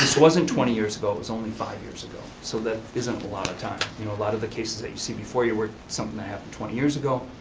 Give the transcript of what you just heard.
wasn't twenty years ago, it was only five years ago, so that isn't a lot of time. you know a lot of the cases that you see before you were something that happened twenty years ago,